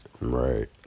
Right